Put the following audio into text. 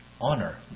honor